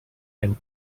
and